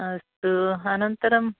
अस्तु अनन्तरम्